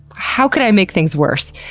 how could i make things worse?